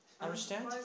Understand